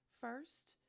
first